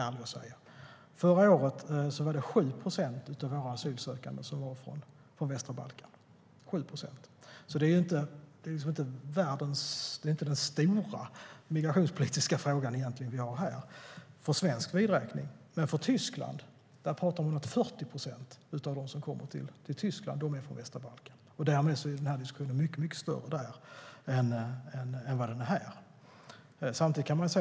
Förra året var det 7 procent av alla asylsökande som kom från västra Balkan. Det är alltså inte den stora migrationspolitiska frågan för svenskt vidkommande. Men i Tyskland pratar man om att av dem som kommer dit är 40 procent från västra Balkan, så den här diskussionen är mycket större där än vad den är här.